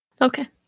Okay